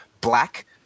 black